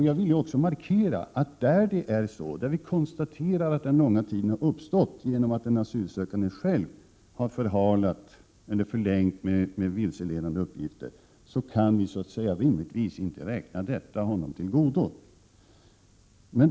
Jag ville också markera att där vi konstaterar att den långa tiden har uppstått genom att en asylsökande själv har förlängt handläggningstiden genom vilseledande uppgifter, kan vi naturligtvis inte räkna honom detta till godo.